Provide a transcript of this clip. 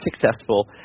successful